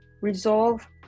resolve